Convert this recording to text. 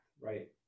right